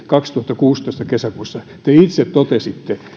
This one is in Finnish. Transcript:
kaksituhattakuusitoista kesäkuussa pääministeri te itse totesitte